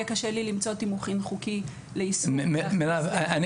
יהיה קשה לי למצוא תימוכין חוקי ליישום --- אני